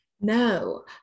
no